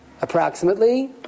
Approximately